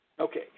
Okay